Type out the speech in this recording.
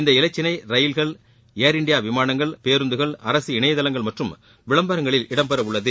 இந்த இலச்சினை ரயில்கள் ஏர் இண்டியா விமானங்கள் பேருந்துகள் அரசு இணையதளங்கள் மற்றும் விளம்பரங்களில் இடம்பெறவுள்ளது